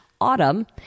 autumn